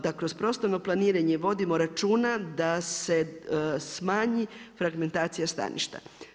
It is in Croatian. Da kroz prostorno planiranje vodimo računa da se smanji fragmentacija staništa.